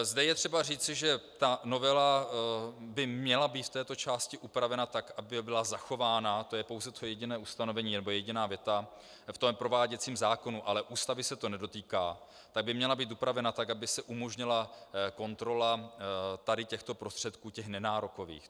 Zde je třeba říci, že ta novela by měla být v této části upravena tak, aby byla zachována to je pouze to jediné ustanovení nebo jediná věta v prováděcím zákonu, ale Ústavy se to nedotýká tak by měla být upravena tak, aby se umožnila kontrola tady těchto prostředků, těch nenárokových.